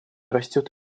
растет